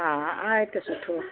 हा आहे त सुठो